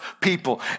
people